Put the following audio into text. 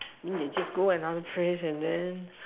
when they just go another trees and then